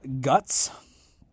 guts